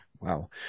wow